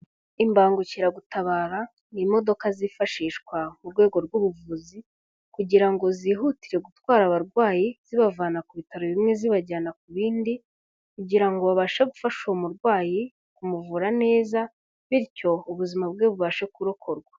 Imbangukiragutabara ni imodoka zifashishwa ku rwego rw'ubuvuzi, kugira ngo zihutire gutwara abarwayi, zibavana ku bitaro bimwe zibajyana ku bindi, kugira ngo babashe gufasha uwo murwayi kumuvura neza, bityo ubuzima bwe bubashe kurokorwa.